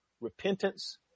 repentance